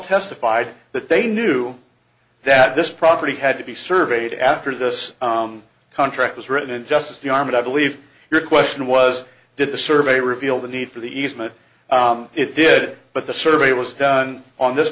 testified that they knew that this property had to be surveyed after this contract was written and just as the armored i believe your question was did the survey reveal the need for the easement it did but the survey was done on this